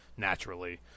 Naturally